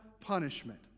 punishment